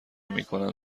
میکنند